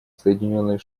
соединенные